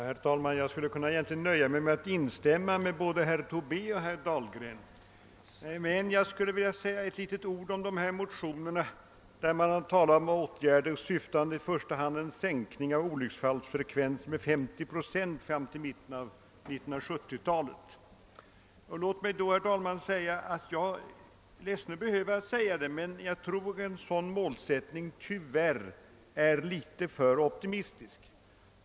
Herr talman! Jag kunde egentligen nöja mig med att instämma i vad herr Tobé och herr Dahlgren här anfört, men jag vill ändå säga några ord om de motioner i vilka det talas om åtgärder syftande till i första hand en sänkning av olycksfallsfrekvensen med 50 procent fram till mitten av 1970-talet. Låt mig då börja med att bekänna — jag är ledsen över att behöva säga det — att jag tror att en sådan målsättning tyvärr är litet för optimistisk.